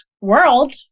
world